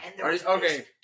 Okay